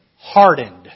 hardened